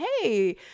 hey